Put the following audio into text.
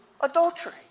adultery